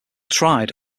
tried